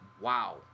wow